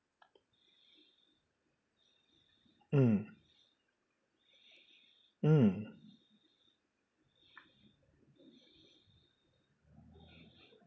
mm mm